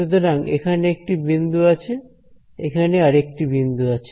সুতরাং এখানে একটি বিন্দু আছে এখানে আরেকটি বিন্দু আছে